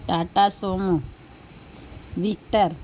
Tata Sumo Victor